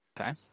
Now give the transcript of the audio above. Okay